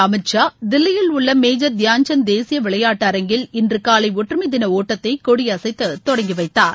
அமித் ஷா தில்லியில் உள்ள மேஜர் தியான்சந்த் தேசிய விளையாட்டரங்கில் இன்று காலை ஒற்றுமை தின ஒட்டத்தை கொடியசைத்து தொடங்கி வைத்தார்